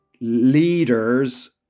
Leaders